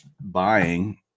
buying